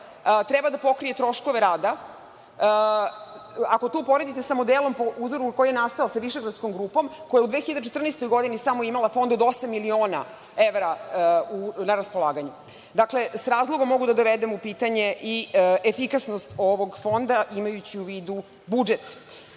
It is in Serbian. Treba da pokrije troškove rada. Ako to uporedite sa modelom po uzoru na koji je nastao sa Višegradskom grupom, koja je u 2014. godini samo imala fond od osam miliona evra na raspolaganju. Dakle, s razlogom mogu da dovedem u pitanje i efikasnost ovog fonda, imajući u vidu budžet. Zatim,